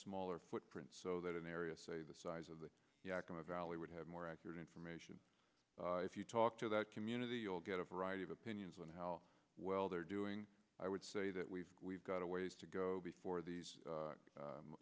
smaller footprint so that an area say the size of the yakima valley would have more accurate information if you talk to that community you'll get a variety of opinions on how well they're doing i would say that we've we've got a ways to go before these